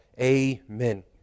Amen